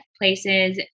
places